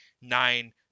nine